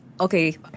Okay